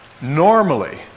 Normally